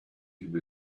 him